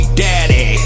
daddy